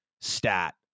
stat